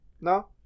No